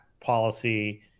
policy